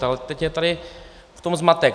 Ale teď je tady v tom zmatek.